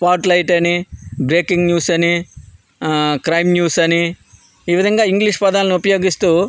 spot light అని breaking news అని crime news అని ఈ విధంగా ఇంగ్లీష్ పదాలను ఉపయోగిస్తూ